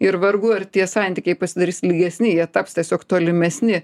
ir vargu ar tie santykiai pasidarys ilgesni jie taps tiesiog tolimesni